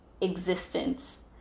existence